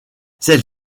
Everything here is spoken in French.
celle